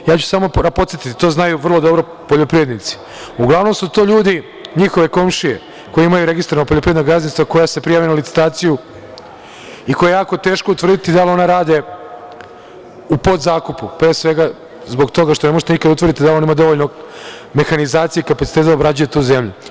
Ja ću samo podsetiti, to znaju vrlo dobro poljoprivrednici, uglavnom su to ljudi njihove komšije koje imaju registrovana poljoprivredna gazdinstva koja se prijave na licitaciju i za koje je jako teško utvrditi da li rade u podzakupu, pre svega zbog toga što ne možete nikada da utvrdite da li on ima dovoljno mehanizacije i kapaciteta da obrađuje tu zemlju.